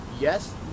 Yes